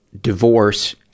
divorce